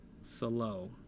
Solo